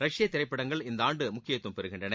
ரஷ்ய திரைப்படங்கள் இந்த ஆண்டு முக்கியத்துவம் பெறுகின்றன